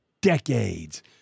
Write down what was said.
decades